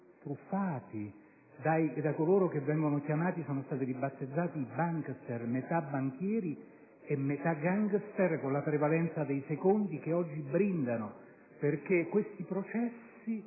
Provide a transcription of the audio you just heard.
truffati da coloro che sono stati ribattezzati «bankster» - metà banchieri e metà *gangster,* con prevalenza dei secondi - che oggi brindano perché questi processi